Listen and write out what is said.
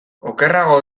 okerrago